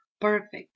perfect